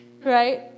right